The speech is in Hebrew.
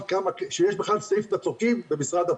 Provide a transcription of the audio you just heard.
כמה שיש בכלל סעיף לצוקים במשרד הפנים.